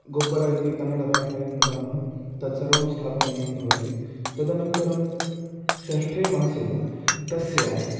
गोब्बर इति कन्नडभाषायां वदामः तत् सर्वं स्थापनीयं भवति तदनन्तरं षष्ठे मासे तस्य